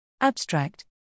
Abstract